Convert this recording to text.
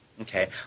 Okay